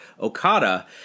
Okada